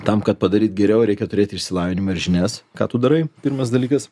tam kad padaryt geriau reikia turėt išsilavinimą ir žinias ką tu darai pirmas dalykas